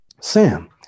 Sam